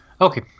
Okay